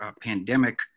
pandemic